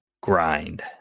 Grind